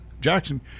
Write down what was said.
Jackson